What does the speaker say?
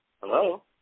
Hello